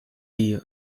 die